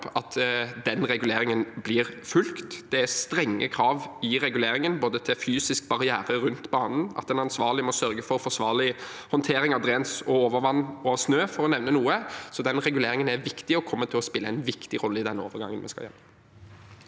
at den reguleringen blir fulgt. Det er strenge krav i reguleringen, både til fysisk barriere rundt banen og til at en ansvarlig må sørge for forsvarlig håndtering av drenering, overvann og snø, for å nevne noe. Så den reguleringen er viktig og kommer til å spille en viktig rolle i overgangen vi skal gjennom.